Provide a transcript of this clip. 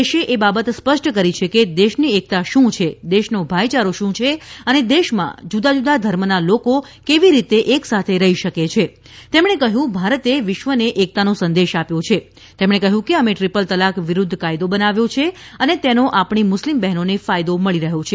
દેશે એ બાબત સ્પષ્ટ કરી છે કે દેશની એકતા શું છે દેશનો ભાઇયારો શું છે અને દેશમાં જુદાજુદા ધર્મના લોકો કેવી રીતે એક સાથે રહી શકે છે તેમણે કહ્યું ભારતે વિશ્વને એકતાનો સંદેશ આપ્યો છે તેમણે કહ્યું કે અમે ટ્રીપલ તલાક વિરૂદ્ધ કાયદો બનાવ્યો છે અને તેનો આપણી મુસ્લિમ બહેનોને ફાયદો મળી રહ્યો છે